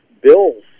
Bill's